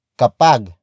kapag